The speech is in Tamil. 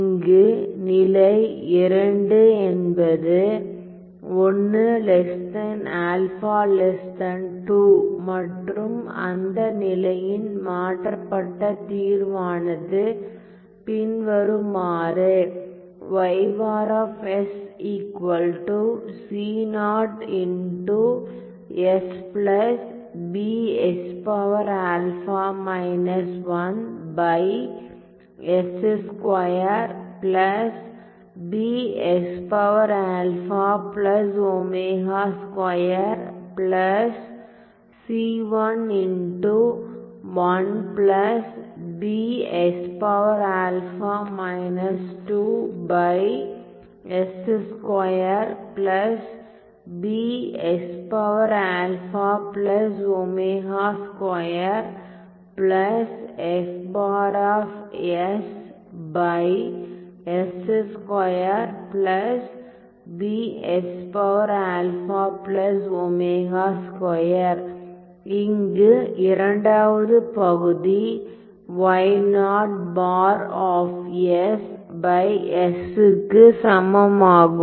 இங்கு நிலை 2 என்பது 1 α 2 மற்றும் அந்த நிலையின் மாற்றப்பட்ட தீர்வானது பின்வருமாறு இங்கு இரண்டாவது பகுதி க்கு சமமாகும்